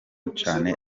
cane